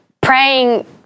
praying